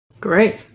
Great